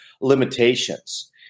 limitations